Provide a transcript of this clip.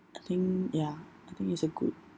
I think ya I think it's a good